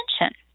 attention